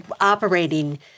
operating